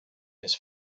his